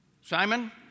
Simon